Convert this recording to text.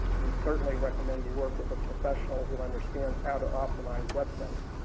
we certainly recommend you work with a professional who understands how to optimize websites.